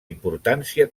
importància